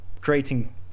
creating